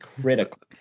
critical